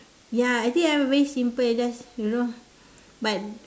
ya I think I'm very simple just you know but